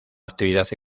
actividad